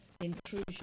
intrusion